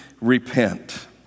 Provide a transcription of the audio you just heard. repent